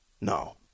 No